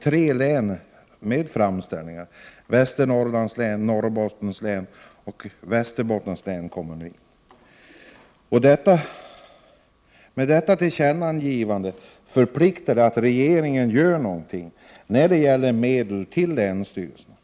Tre län har kommit in med framställningar — Västernorrlands län, Norrbottens län och Västerbottens län. Ett sådant tillkännagivande förpliktar regeringen att göra någonting när det gäller medel till länsstyrelserna.